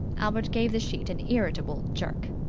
albert gave the sheet an irritable jerk.